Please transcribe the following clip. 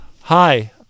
Hi